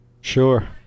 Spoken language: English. Sure